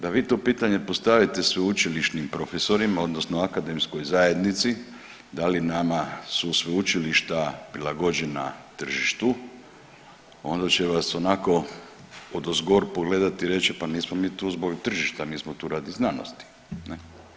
Da vi to pitanje postavite sveučilišnim profesorima odnosno akademskoj zajednici da li nama su sveučilišta prilagođena tržištu onda će vas onako odozgor pogledati i reći pa nismo mi tu zbog tržišta mi smo tu radi znanosti.